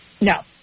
No